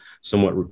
somewhat